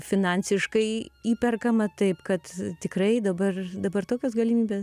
finansiškai įperkama taip kad tikrai dabar dabar tokios galimybės